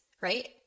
right